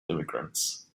immigrants